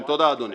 תודה, אדוני.